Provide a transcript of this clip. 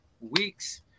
weeks